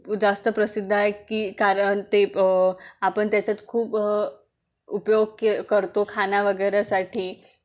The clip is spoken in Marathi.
जास्त प्रसिद्ध आहे की कारण ते प आपन त्याच्यात खूप उपयोग के करतो खाना वगैरेसाठी